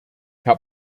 herr